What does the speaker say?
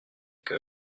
que